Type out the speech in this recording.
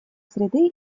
среды